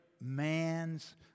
man's